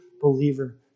believer